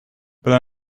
then